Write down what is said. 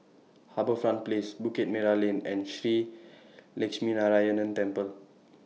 HarbourFront Place Bukit Merah Lane and Shree Lakshminarayanan Temple